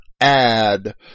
add